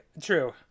True